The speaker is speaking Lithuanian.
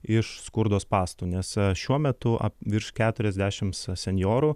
iš skurdo spąstų nes šiuo metu virš keturiasdešimt senjorų